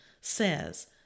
says